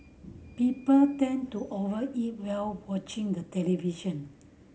people tend to over eat while watching the television